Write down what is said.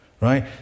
right